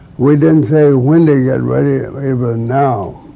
we didn't say when to get ready, even now.